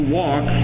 walk